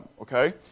okay